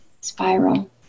spiral